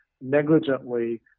negligently